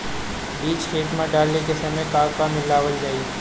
बीज खेत मे डाले के सामय का का मिलावल जाई?